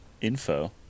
info